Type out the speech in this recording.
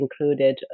included